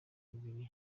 bibiri